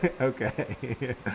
okay